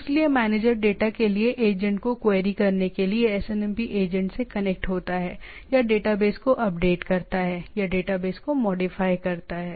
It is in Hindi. इसलिए मैनेजर डेटा के लिए एजेंट को क्वेरी करने के लिए SNMP एजेंट से कनेक्ट होता है या डेटाबेस को अपडेट करता है या डेटाबेस को मॉडिफाई करता है